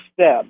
step